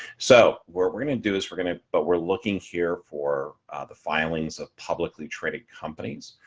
so we're, we're going to do is we're going to, but we're looking here for the filings a publicly traded companies.